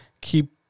keep